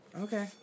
Okay